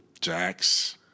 Jax